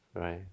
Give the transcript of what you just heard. right